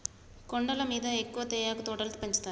కొండల మీద ఎక్కువ తేయాకు తోటలు పెంచుతారు